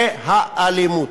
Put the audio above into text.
זה האלימות.